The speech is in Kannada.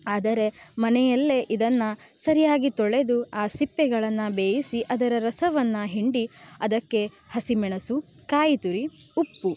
ಆದರೆ ಮನೆಯಲ್ಲೇ ಇದನ್ನು ಸರಿಯಾಗಿ ತೊಳೆದು ಆ ಸಿಪ್ಪೆಗಳನ್ನು ಬೇಯಿಸಿ ಅದರ ರಸವನ್ನು ಹಿಂಡಿ ಅದಕ್ಕೆ ಹಸಿಮೆಣಸು ಕಾಯಿತುರಿ ಉಪ್ಪು